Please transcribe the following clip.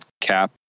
cap